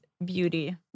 Beauty